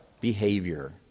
behavior